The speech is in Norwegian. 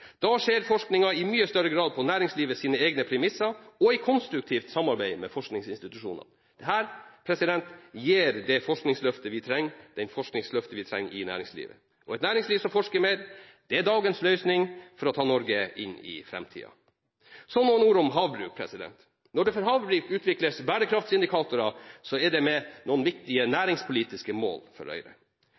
Da skjer forskningen i mye større grad på næringslivets egne premisser og i konstruktivt samarbeid med forskningsinstitusjonene. Dette gir det forskningsløftet vi trenger i næringslivet, og et næringsliv som forsker mer, er dagens løsning for å ta Norge inn i framtida. Så noen ord om havbruk. Når det for havbruk utvikles bærekraftindikatorer, er det med noen viktige næringspolitiske mål for